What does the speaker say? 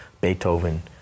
Beethoven